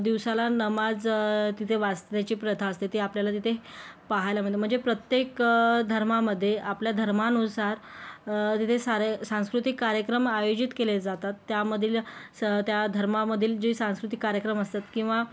दिवसाला नमाज तिथे वाचण्याची प्रथा असते ते आपल्याला तिथे पाहायला मिळते म्हणजे प्रत्येक धर्मामध्ये आपल्या धर्मानुसार तिथे सारे सांस्कृतिक कार्यक्रम आयोजित केले जातात त्यामधील स त्या धर्मामधील जे सांस्कृतिक कार्यक्रम असतात किंवा